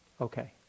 Okay